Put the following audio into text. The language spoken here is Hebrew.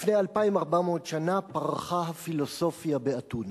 לפני 2,400 שנה פרחה הפילוסופיה באתונה.